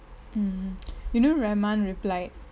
mm you know raman replied